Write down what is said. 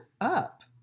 up